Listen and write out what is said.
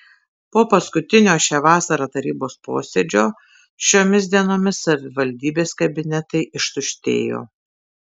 po paskutinio šią vasarą tarybos posėdžio šiomis dienomis savivaldybės kabinetai ištuštėjo